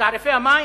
תעריפי המים.